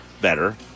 better